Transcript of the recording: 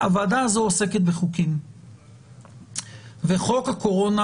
הוועדה הזו עוסקת בחוקים וחוק הקורונה